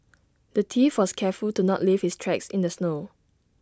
the thief was careful to not leave his tracks in the snow